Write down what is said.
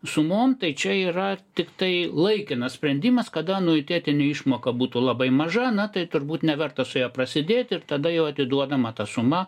sumontai čia yra tiktai laikinas sprendimas kada anuitetinių išmoka būtų labai maža na tai turbūt neverta su ja prasidėti ir tada jau atiduodama ta suma